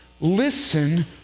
listen